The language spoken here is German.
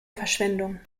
verschwendung